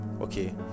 Okay